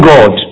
God